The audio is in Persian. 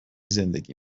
زندگی